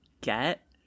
get